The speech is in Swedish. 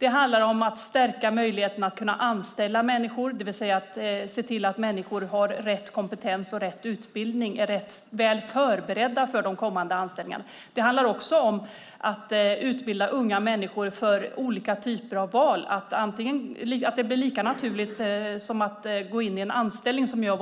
Det handlar om att stärka möjligheten att anställa människor, det vill säga se till att människor har rätt kompetens och rätt utbildning och är väl förberedda för de kommande anställningarna. Det handlar också om att utbilda unga människor för olika val. Det som har